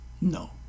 No